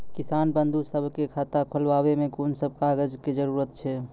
किसान बंधु सभहक खाता खोलाबै मे कून सभ कागजक जरूरत छै?